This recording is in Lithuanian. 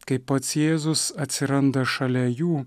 kai pats jėzus atsiranda šalia jų